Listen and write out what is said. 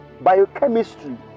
Biochemistry